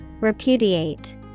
repudiate